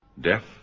Deaf